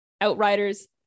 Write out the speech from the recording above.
Outriders